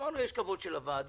אמרנו שיש כבוד של הוועדה,